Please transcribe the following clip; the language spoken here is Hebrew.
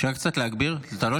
תודה.